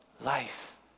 Life